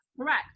Correct